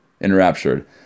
enraptured